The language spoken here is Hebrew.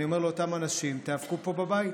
אני אומר לאותם אנשים: תיאבקו פה בבית.